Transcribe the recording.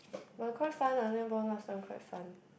but quite fun ah netball last time quite fun